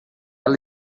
ela